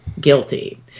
guilty